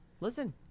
listen